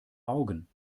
augen